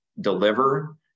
deliver